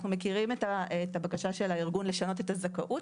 אנחנו מכירים את הבקשה של הארגון לשנות את הזכאות.